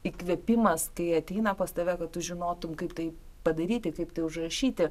įkvėpimas kai ateina pas tave kad tu žinotum kaip tai padaryti kaip tai užrašyti